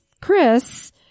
Chris